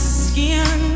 skin